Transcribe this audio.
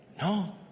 no